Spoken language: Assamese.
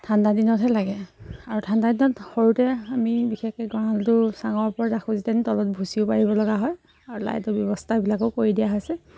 ঠাণ্ডা দিনতহে লাগে আৰু ঠাণ্ডা দিনত সৰুতে আমি বিশেষকৈ গঁৰালটো চাঙৰ ওপৰত ৰাখোঁ যেন তলত ভুচিও পাৰিব লগা হয় আৰু লাইটৰ ব্যৱস্থাবিলাকো কৰি দিয়া হৈছে